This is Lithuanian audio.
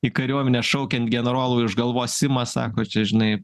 į kariuomenę šaukiant generolai už galvos ima sako čia žinai